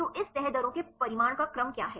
तो इस तह दरों के परिमाण का क्रम क्या है